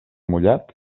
mullat